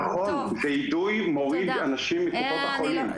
אידוי מוריד אנשים מקופות החולים.